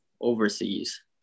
overseas